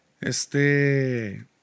este